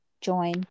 join